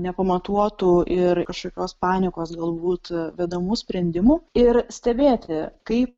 nepamatuotų ir kažkokios panikos galbūt vedamų sprendimų ir stebėti kaip